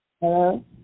Hello